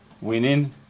Winning